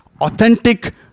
authentic